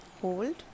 hold